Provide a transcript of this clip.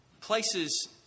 places